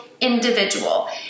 individual